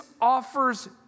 offers